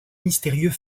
mystérieux